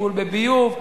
טיפול בביוב,